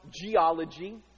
geology